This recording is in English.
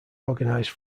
organized